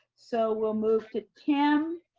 so we'll move to tim.